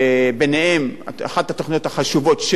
שכוללת גם את הנושא של הביטחון התזונתי,